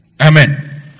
Amen